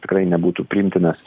tikrai nebūtų priimtinas